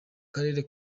karere